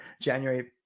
January